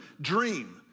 dream